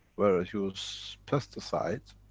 where is used pesticides,